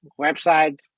website